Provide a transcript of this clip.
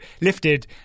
lifted